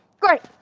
great!